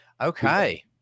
Okay